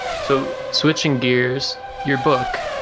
so switching gears, your book,